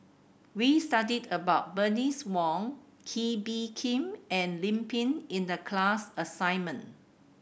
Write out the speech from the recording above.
we studied about Bernice Wong Kee Bee Khim and Lim Pin in the class assignment